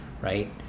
right